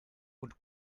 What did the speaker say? und